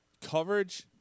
Coverage